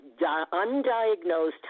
undiagnosed